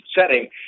setting